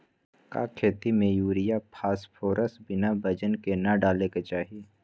का खेती में यूरिया फास्फोरस बिना वजन के न डाले के चाहि?